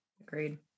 agreed